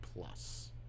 Plus